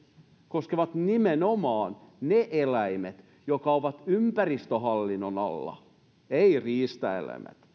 koskevat nimenomaan niitä eläimiä jotka ovat ympäristöhallinnon alla eivät riistaeläimiä